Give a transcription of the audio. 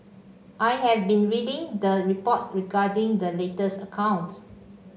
I have been reading the reports regarding the latest accounts